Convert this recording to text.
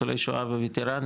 ניצולי שואה וווטרנים,